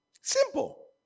Simple